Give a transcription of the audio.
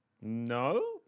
No